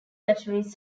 batteries